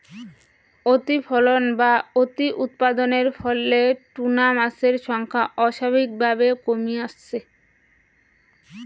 অতিফলন বা অতিউৎপাদনের ফলে টুনা মাছের সংখ্যা অস্বাভাবিকভাবে কমি আসছে